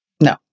No